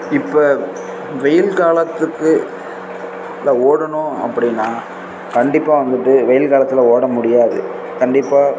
இப்போ வெயில் காலத்துக்கு இப்போ ஓடணும் அப்படின்னா கண்டிப்பாக வந்துட்டு வெயில் காலத்தில் ஓட முடியாது கண்டிப்பாக